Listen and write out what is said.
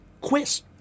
quiz